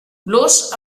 blows